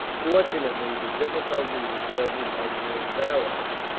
fortunately, the difficulty was settled by the native allies.